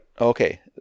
okay